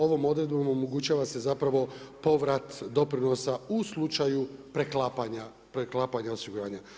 Ovom odredbom omogućava se zapravo povrat doprinosa u slučaju preklapanja osiguranja.